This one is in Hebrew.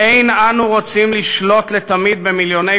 "אין אנו רוצים לשלוט לתמיד במיליוני